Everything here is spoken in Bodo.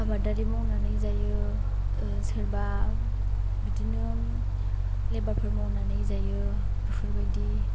आबादारि मावनानै जायो सोरबा बिदिनो लेबार फोर मावनानै जायो बेफोरबायदि